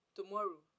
Tomorrow